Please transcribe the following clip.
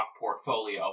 portfolio